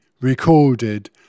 recorded